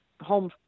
home